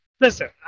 listen